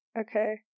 Okay